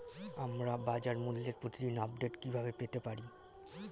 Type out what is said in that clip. আমরা বাজারমূল্যের প্রতিদিন আপডেট কিভাবে পেতে পারি?